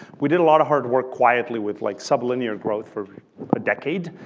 we did a lot of hard work quietly with like sublinear growth for a decade.